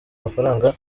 amafaranga